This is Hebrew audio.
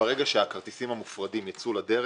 שברגע שהכרטיסים המופרדים יצאו לדרך,